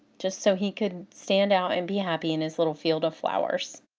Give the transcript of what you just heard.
just so he could stand out and be happy in his little field of flowers.